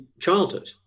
childhood